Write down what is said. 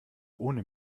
ohne